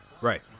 Right